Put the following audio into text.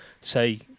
say